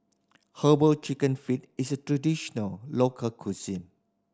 Herbal Chicken Feet is a traditional local cuisine